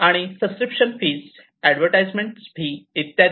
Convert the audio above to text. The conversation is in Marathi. आणि सबस्क्रीप्शन फीस ऍडवर्टाइजमेंट इत्यादी